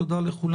תודה לכולם.